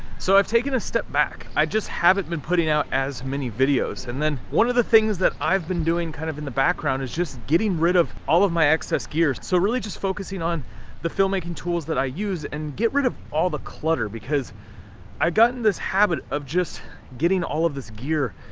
so i've taken a step back, i just haven't been putting out as many videos, and then one of the things that i've been doing kind of in the background, is just getting rid of all of my excess gear. so really just focusing on the filmmaking tools that i use, and get rid of all the clutter, because i've got in this habit of just getting all of this gear,